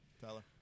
Tyler